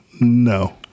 No